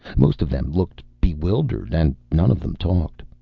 most of them looked bewildered, and none of them talked.